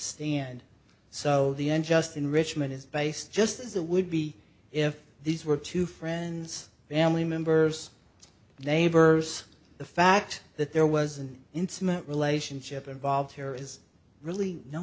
stand so the end just enrichment is based just as it would be if these were two friends family members neighbors the fact that there was an intimate relationship involved here is really no